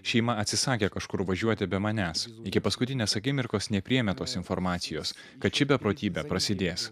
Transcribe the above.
šeima atsisakė kažkur važiuoti be manęs iki paskutinės akimirkos nepriėmė tos informacijos kad ši beprotybė prasidės